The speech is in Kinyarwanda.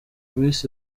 miss